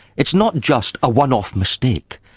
it's not just a one-off mistake,